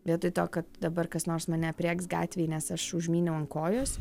vietoj to kad dabar kas nors mane aprėks gatvėj nes aš užmyniau ant kojos